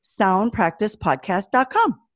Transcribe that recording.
soundpracticepodcast.com